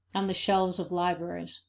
on the shelves of libraries.